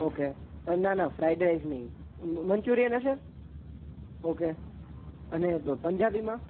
okay ના ના fried rice નહીં મ મન્ચુરિયન હશે ઓકે અને પ પ પંજાબીમાં